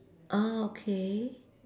ah okay